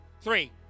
three